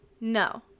No